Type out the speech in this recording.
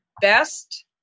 best